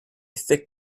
thick